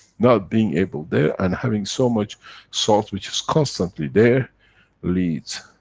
not being able there and having so much salt which is constantly there leads,